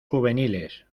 juveniles